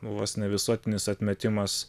vos ne visuotinis atmetimas